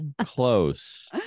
close